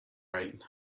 right